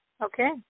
Okay